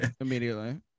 Immediately